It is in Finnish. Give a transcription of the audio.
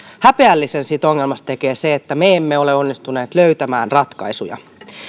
häpeällisen siitä ongelmasta tekee se että me emme ole onnistuneet löytämään ratkaisuja